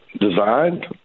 designed